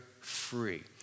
free